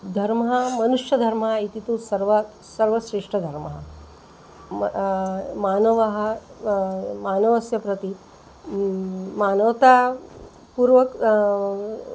धर्मः मनुष्यधर्मः इति तु सर्वे सर्वश्रेष्ठधर्मः म् मानवः मानवस्य प्रति म् मानवता पूर्वकं